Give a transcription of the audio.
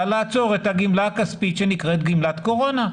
לעצור את הגימלה הכספית שנקראת גימלת קורונה.